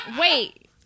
Wait